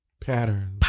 Patterns